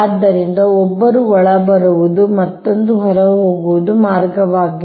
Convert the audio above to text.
ಆದ್ದರಿಂದ ಒಬ್ಬರು ಒಳಬರುವುದು ಮತ್ತೊಂದು ಹೊರಹೋಗುವ ಮಾರ್ಗವಾಗಿದೆ